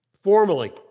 Formally